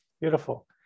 Beautiful